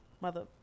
mother